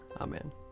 Amen